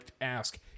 ask